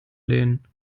lehnen